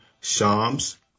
Shams